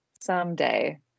someday